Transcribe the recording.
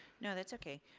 no, that's okay.